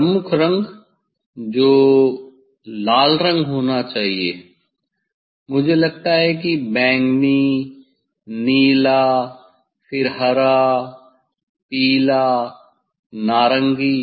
प्रमुख रंग जो लाल रंग होना चाहिए मुझे लगता है कि बैंगनी नीला फिर हरा पीला नारंगी